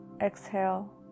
Exhale